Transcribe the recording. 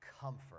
comfort